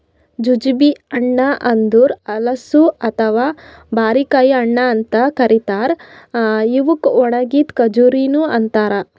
jujube ಹಣ್ಣ ಅಂದುರ್ ಹಲಸು ಅಥವಾ ಬಾರಿಕಾಯಿ ಹಣ್ಣ ಅಂತ್ ಕರಿತಾರ್ ಇವುಕ್ ಒಣಗಿದ್ ಖಜುರಿನು ಅಂತಾರ